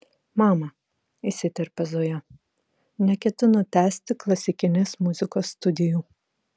mama įsiterpia zoja neketinu tęsti klasikinės muzikos studijų